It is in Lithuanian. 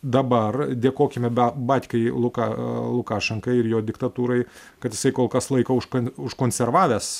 dabar dėkokime be batkai luka lukašenkai ir jo diktatūrai kad jisai kol kas laiko užkon užkonservavęs